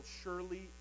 surely